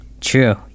True